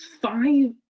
five